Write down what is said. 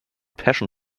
passion